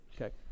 okay